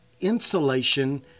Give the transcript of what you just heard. insulation